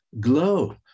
glow